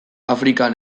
afrikan